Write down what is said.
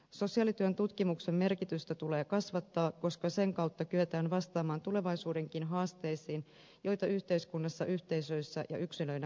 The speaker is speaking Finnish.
sosiaalityön tutkimuksen merkitystä tulee kasvattaa koska sen kautta kyetään vastaamaan tulevaisuudenkin haasteisiin joita yhteiskunnassa yhteisöissä ja yksilöinä kohdataan